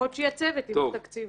לפחות שיהיה צוות, אם לא תקציב.